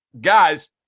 guys